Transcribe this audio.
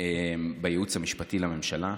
בייעוץ המשפטי לממשלה.